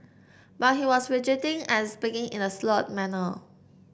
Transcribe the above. but he was fidgeting and speaking in a slurred manner